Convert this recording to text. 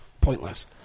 Pointless